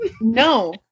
no